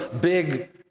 big